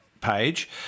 page